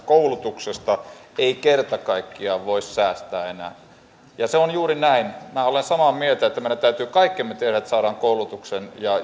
koulutuksesta ei kerta kaikkiaan voi säästää enää ja se on juuri näin minä olen samaa mieltä että meidän täytyy kaikkemme tehdä että saadaan koulutuksen tutkimuksen ja